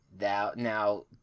Now